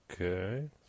Okay